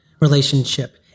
relationship